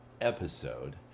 episode